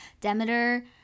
Demeter